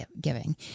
giving